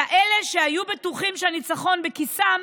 כאלה שהיו בטוחים שהניצחון בכיסם,